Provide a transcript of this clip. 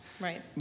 Right